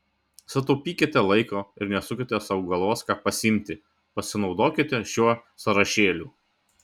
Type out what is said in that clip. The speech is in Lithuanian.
sutaupykite laiko ir nesukite sau galvos ką pasiimti pasinaudokite šiuo sąrašėliu